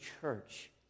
church